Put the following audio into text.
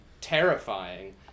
terrifying